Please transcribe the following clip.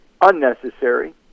unnecessary